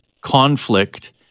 conflict